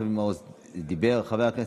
שהמשך השנה הזו יהיה טוב יותר לחברה הערבית.